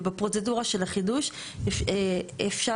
ובפרוצדורה של החידוש אפשר,